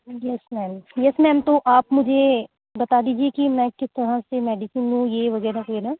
یس ma'am yes ma'am تو آپ مجھے بتا دیجیے کہ میں کس طرح سے میڈیسین لوں یہ وغیرہ پھر ہاں